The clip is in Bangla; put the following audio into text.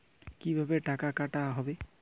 কিভাবে টাকা কাটা হবে?